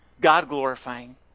God-glorifying